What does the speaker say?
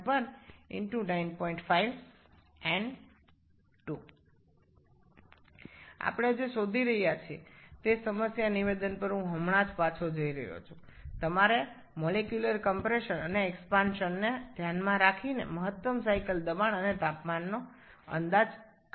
আণবিক সংকোচন এবং প্রসারণ বিবেচনা করে আপনাকে চক্রের সর্বাধিক চাপ এবং তাপমাত্রা অনুমান করতে হবে